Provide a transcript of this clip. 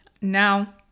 now